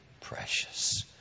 precious